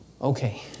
Okay